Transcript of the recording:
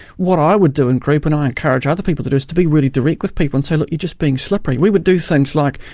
what i would do in group, and i encourage other people to do is to be really direct with people and say, look, you're just being slippery. we would do things like,